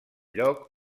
lloc